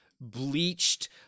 bleached